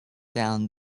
down